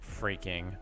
freaking